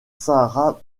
sarah